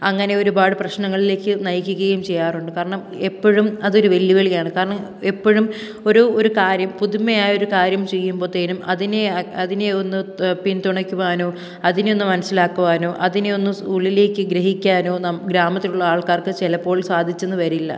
അങ്ങനെ ഒരുപാട് പ്രശ്നങ്ങളിലേക്ക് നയിക്കുകയും ചെയ്യാറുണ്ട് കാരണം എപ്പോഴും അത് ഒരു വെല്ലുവിളിയാണ് കാരണം എപ്പോഴും ഒരു ഒരു കാര്യം പുതുമ ആയൊരു കാര്യം ചെയ്യുമ്പത്തേക്കും അതിനെ അതിനെ ഒന്ന് പിന്തുണയ്ക്കുവാനോ അതിനെ ഒന്ന് മനസ്സിലാക്കുവാനോ അതിനെ ഒന്ന് ഉള്ളിലേക്ക് ഗ്രഹിക്കാനോ ഗ്രാമത്തിലുള്ള ആൾക്കാർക്ക് ചിലപ്പോൾ സാധിച്ചെന്ന് വരില്ല